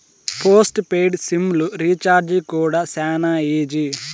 post paid SIM లు recharge కూడా శానా ఈజీ